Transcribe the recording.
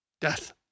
death